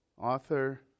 Author